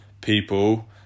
People